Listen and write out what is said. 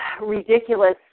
ridiculous